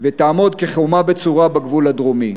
ותעמוד כחומה בצורה בגבול הדרומי.